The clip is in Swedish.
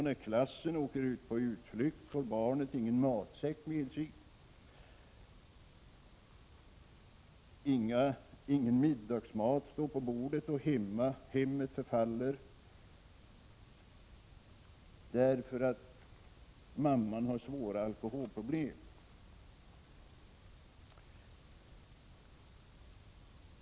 När klassen åker ut på utflykt får barnet ingen matsäck med sig. Ingen middagsmat står på bordet. Hemmet förfaller, därför att mamman har svåra alkoholproblem.